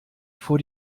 vor